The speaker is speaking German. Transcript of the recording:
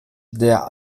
der